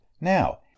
Now